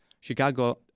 Chicago